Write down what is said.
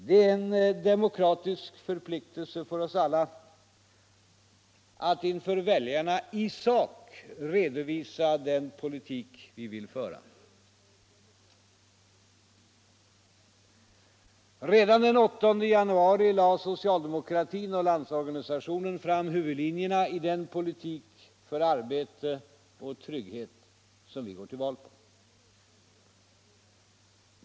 Det är en demokratisk förpliktelse för oss alla att inför väljarna i sak redovisa den politik vi vill föra. Redan den 8 januari lade socialdemokratin och Landsorganisationen fram huvudlinjerna i den politik för arbete och trygghet som vi går till val på.